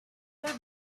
later